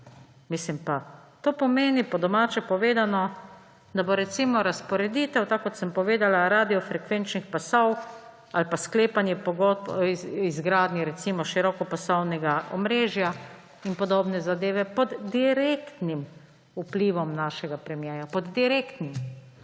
Mislim, pa to pomeni po domače povedano, da bo recimo razporeditev, tako kot sem povedala, radiofrekvenčnih pasov ali pa sklepanje pogodb izgradnje recimo širokopasovnega omrežja in podobne zadeve pod direktnim vplivom našega premiera. Pod direktnim.